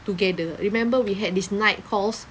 together remember we had this night calls